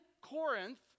Corinth